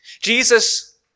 Jesus